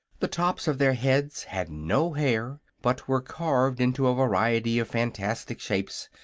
the tops of their heads had no hair, but were carved into a variety of fantastic shapes,